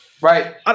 Right